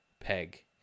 peg